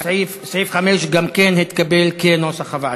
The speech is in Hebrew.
גם סעיף 5 התקבל כנוסח הוועדה.